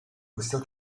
questa